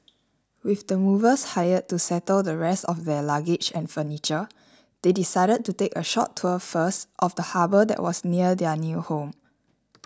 with the movers hired to settle the rest of their luggage and furniture they decided to take a short tour first of the harbour that was near their new home